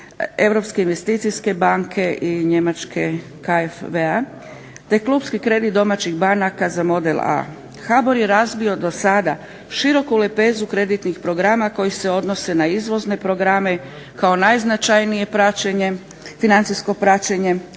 Europske investicijske banke i njemačke KFW-a, te klupski kredit domaćih banaka za model A. HBOR je razvio do sada široku lepezu kreditnih programa koji se odnose na izvozne programe kao najznačajnije praćenje, financijsko praćenje